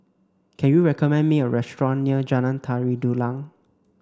can you recommend me a restaurant near Jalan Tari Dulang